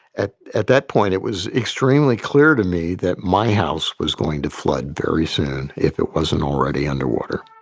at at that point, it was extremely clear to me that my house was going to flood very soon if it wasn't already underwater